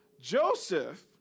Joseph